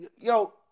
yo